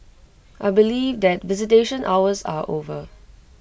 I believe that visitation hours are over